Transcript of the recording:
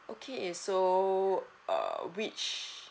okay so err which